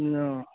অঁ